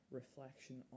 reflection